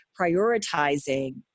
prioritizing